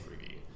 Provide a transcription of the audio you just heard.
review